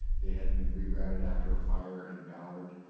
they had been rerouted after a fire in ballard.